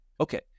okay